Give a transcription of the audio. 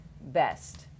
best